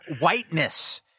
whiteness